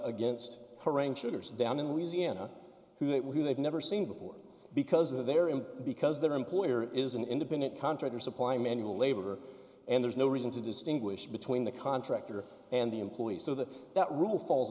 shooters down in louisiana who that they've never seen before because of their him because their employer is an independent contractor supply manual labor and there's no reason to distinguish between the contractor and the employees so that that rule falls